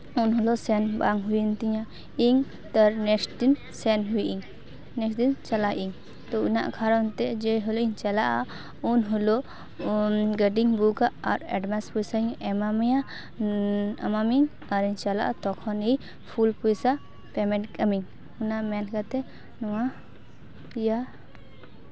ᱮᱱᱦᱤᱞᱳᱜ ᱥᱮᱱ ᱵᱟᱝ ᱦᱩᱭ ᱮᱱ ᱛᱤᱧᱟᱹ ᱤᱧ ᱛᱟᱨ ᱱᱮᱥᱴᱤᱧ ᱥᱮᱱ ᱦᱩᱭᱤᱱ ᱱᱮᱥ ᱫᱚ ᱪᱟᱞᱟᱜ ᱤᱧ ᱛᱚ ᱚᱱᱟ ᱠᱟᱨᱚᱱ ᱛᱮ ᱡᱮ ᱦᱤᱞᱚᱜ ᱤᱧ ᱪᱟᱞᱟᱜᱼᱟ ᱩᱱ ᱦᱤᱞᱳᱜ ᱜᱟᱹᱰᱤᱧ ᱵᱩᱠᱟ ᱟᱨ ᱮᱰᱵᱷᱟᱱᱥ ᱯᱚᱭᱥᱟᱧ ᱮᱢᱟ ᱢᱮᱭᱟ ᱮᱢᱟᱢᱤᱧ ᱟᱨᱤᱧ ᱪᱟᱞᱟᱜᱼᱟ ᱛᱚᱠᱷᱚᱱ ᱜᱮ ᱯᱷᱩᱞ ᱯᱚᱭᱥᱟ ᱯᱮᱢᱮᱱᱴ ᱟᱢᱟ ᱧ ᱚᱱᱟ ᱢᱮᱱ ᱠᱟᱛᱮ ᱱᱚᱣᱟ ᱤᱭᱟ